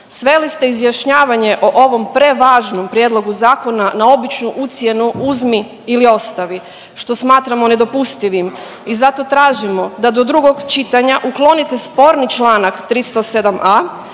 Sveli ste izjašnjavanje o ovom prevažnom prijedlogu zakona na običnu ucjenu uzmi ili ostavi što smatramo nedopustivim i zato tražimo da do drugog čitanja uklonite sporni Članak 307a.